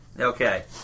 Okay